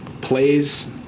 plays